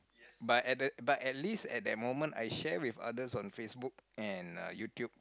but at that but at least at that moment I share with others on Facebook and uh YouTube